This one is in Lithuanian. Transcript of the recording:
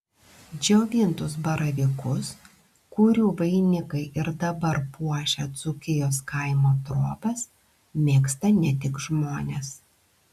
džiovintus baravykus kurių vainikai ir dabar puošia dzūkijos kaimo trobas mėgsta ne tik žmonės